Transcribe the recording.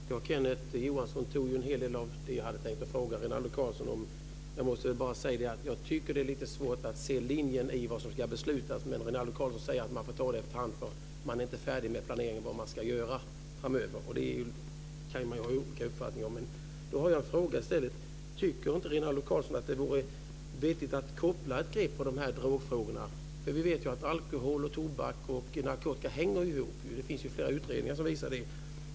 Fru talman! Kenneth Johansson tog upp en hel del av det som jag hade tänkt att fråga Rinaldo Karlsson om. Jag vill bara säga att jag tycker att det är lite svårt att se linjen i det som ska beslutas, men Rinaldo Karlsson säger att man får ta det efter hand eftersom planeringen för vad som ska göras framöver inte är färdig än, och det kan det ju finnas olika uppfattningar om. Då har jag i stället en fråga: Tycker inte Rinaldo Karlsson att det vore vettigt att koppla ett grepp om drogfrågorna? Vi vet ju att alkohol, tobak och narkotika hänger ihop. Det finns flera utredningar som visar det.